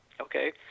okay